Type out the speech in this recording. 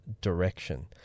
direction